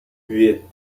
huit